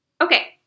Okay